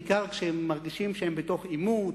בעיקר כשהם מרגישים שהם בתוך עימות,